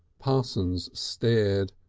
parsons stared,